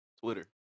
twitter